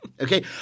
Okay